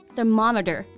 Thermometer